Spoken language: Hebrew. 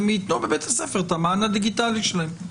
אז הם ייתנו בבית הספר את המען הדיגיטלי שלהם.